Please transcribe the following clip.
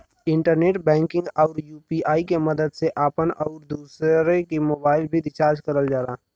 internet banking आउर UPI के मदद से आपन आउर दूसरे क मोबाइल भी रिचार्ज करल जाला